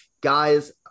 Guys